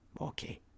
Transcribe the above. Okay